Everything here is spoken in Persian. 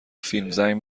فیلم، زنگ